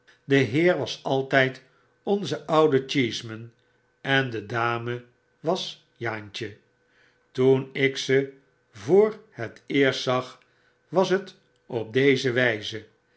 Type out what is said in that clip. de heer was altyd onze oude cheeseman en de dame was jaantje toen ik ze voor het eerst zag was het op deze wijze